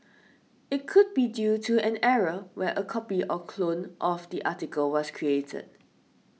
it could be due to an error where a copy or clone of the article was created